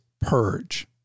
purge